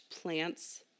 plants